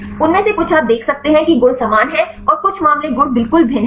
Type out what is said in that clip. उनमें से कुछ आप देख सकते हैं कि गुण समान हैं और कुछ मामले गुण बिल्कुल भिन्न हैं